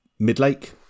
Midlake